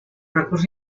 recurs